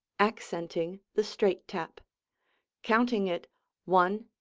accenting the straight tap counting it one,